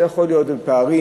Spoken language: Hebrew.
זה יכול להיות בפערים.